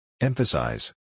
Emphasize